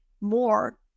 more